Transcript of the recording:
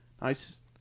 nice